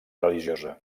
religiosa